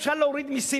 אפשר להוריד מסים,